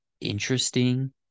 interesting